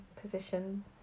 position